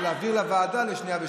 ולהעביר לוועדה לקריאה שנייה ושלישית.